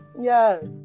Yes